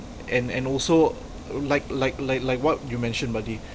and and also like like like like what you mentioned buddy